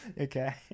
Okay